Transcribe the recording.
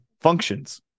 functions